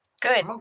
Good